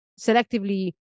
selectively